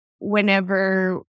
whenever